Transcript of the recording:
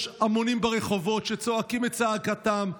יש המונים ברחובות שצועקים את צעקתם.